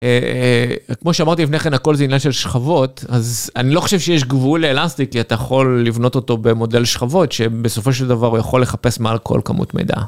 כמו שאמרתי לפני כן הכל זה עניין של שכבות אז אני לא חושב שיש גבול אלסטי כי אתה יכול לבנות אותו במודל שכבות שבסופו של דבר הוא יכול לחפש מעל כל כמות מידע.